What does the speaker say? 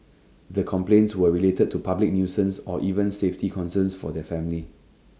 the complaints were related to public nuisance or even safety concerns for their families